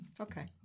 okay